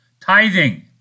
Tithing